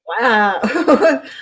Wow